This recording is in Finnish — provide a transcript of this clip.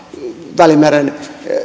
välimeren